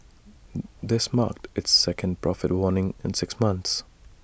this marked its second profit warning in six months